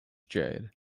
jade